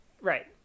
Right